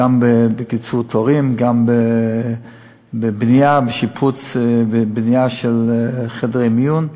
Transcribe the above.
גם בקיצור תורים וגם בשיפוץ ובבנייה של חדרי מיון.